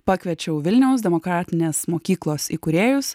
pakviečiau vilniaus demokratinės mokyklos įkūrėjus